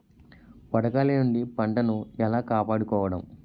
వడగాలి నుండి పంటను ఏలా కాపాడుకోవడం?